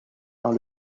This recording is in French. dans